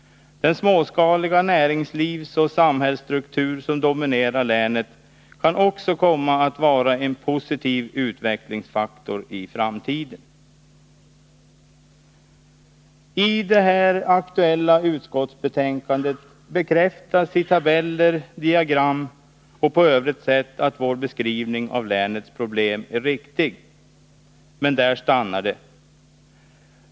Den småskaliga näringslivsoch samhällsstruktur som dominerar länet kan också komma att vara en positiv utvecklingsfaktor i framtiden. I det här aktuella utskottsbetänkandet bekräftas i tabeller, i diagram och på övrigt sätt att vår beskrivning av länets problem är riktig. Men där stannar det.